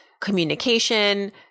communication